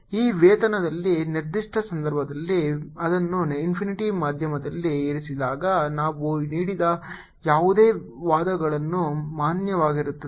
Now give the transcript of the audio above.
ಈ ವೇತನದಲ್ಲಿ ನಿರ್ದಿಷ್ಟ ಸಂದರ್ಭದಲ್ಲಿ ಅದನ್ನು ಇನ್ಫಿನಿಟಿ ಮಾಧ್ಯಮದಲ್ಲಿ ಇರಿಸಿದಾಗ ನಾವು ನೀಡಿದ ಯಾವುದೇ ವಾದಗಳು ಮಾನ್ಯವಾಗಿರುತ್ತವೆ